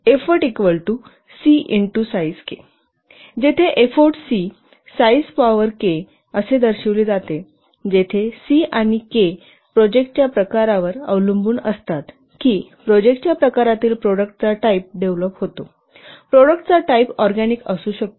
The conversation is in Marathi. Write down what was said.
effort 'c' x sizek जेथे effort 'C' size power 'K' असे दर्शविले जाते जेथे 'c' आणि 'K' प्रोजेक्टच्या प्रकारावर अवलंबून असतात की प्रोजेक्टच्या प्रकारातील प्रोडक्टचा टाईप डेव्हलोप होतो प्रोडक्टचा टाईप ऑरगॅनिक असू शकतो